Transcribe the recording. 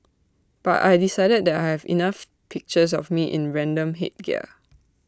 but I decided that I have enough pictures of me in random headgear